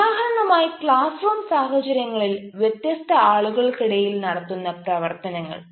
ഉദാഹരണമായി classroom സാഹചര്യങ്ങളിൽ വ്യസ്തസ്ഥ ആളുകൾക്കിടയിൽ നടത്തുന്ന പ്രവർത്തനങ്ങൾ